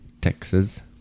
Texas